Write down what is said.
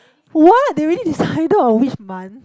what they already decided on which month